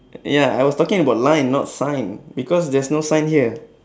ya I was talking about line not sign because there's no sign here